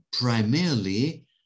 primarily